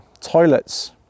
toilets